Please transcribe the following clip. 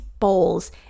bowls